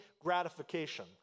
gratification